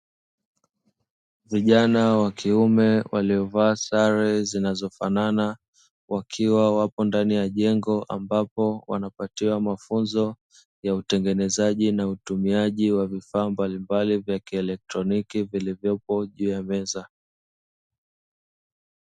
Vijana wa kiume waliovaa sare zinazo fanana wakiwa wapo ndani ya jengo ambapo wanapatiwa mafunzo ya utengenezaji na utumiaji wa vifaa mbalimbali vya kieletroniki vilivyopo juu ya meza